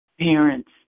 parents